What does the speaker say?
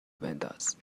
بنداز